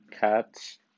cats